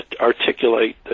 articulate